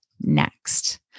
next